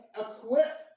equip